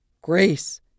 Grace